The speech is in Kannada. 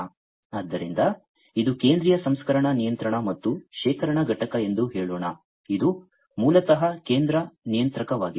ಆದ್ದರಿಂದ ಇದು ಕೇಂದ್ರೀಯ ಸಂಸ್ಕರಣಾ ನಿಯಂತ್ರಣ ಮತ್ತು ಶೇಖರಣಾ ಘಟಕ ಎಂದು ಹೇಳೋಣ ಇದು ಮೂಲತಃ ಕೇಂದ್ರ ನಿಯಂತ್ರಕವಾಗಿದೆ